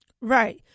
right